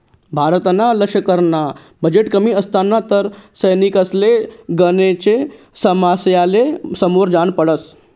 भारतना लशकरना बजेट कमी असता तर सैनिकसले गनेकच समस्यासले समोर जान पडत